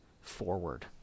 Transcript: forward